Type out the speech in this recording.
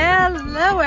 Hello